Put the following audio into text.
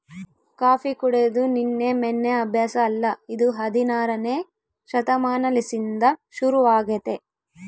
coffee ಕುಡೆದು ನಿನ್ನೆ ಮೆನ್ನೆ ಅಭ್ಯಾಸ ಅಲ್ಲ ಇದು ಹದಿನಾರನೇ ಶತಮಾನಲಿಸಿಂದ ಶುರುವಾಗೆತೆ